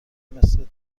مثل